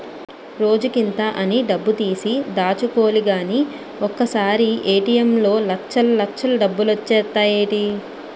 రోజుకింత అని డబ్బుతీసి దాచుకోలిగానీ ఒకసారీ ఏ.టి.ఎం లో లచ్చల్లచ్చలు డబ్బులొచ్చేత్తాయ్ ఏటీ?